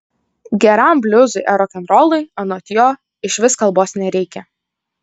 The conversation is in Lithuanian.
geram bliuzui ar rokenrolui anot jo išvis kalbos nereikia